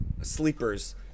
Sleepers